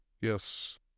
yes